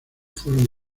fueron